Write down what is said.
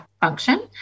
function